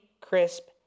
crisp